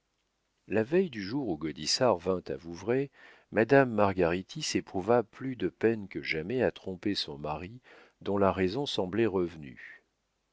la veille du jour où gaudissart vint à vouvray madame margaritis éprouva plus de peine que jamais à tromper son mari dont la raison semblait revenue